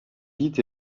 dites